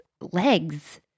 legs